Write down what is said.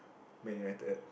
Man United